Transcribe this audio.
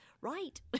right